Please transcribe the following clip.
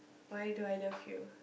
why do I love you